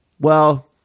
Well-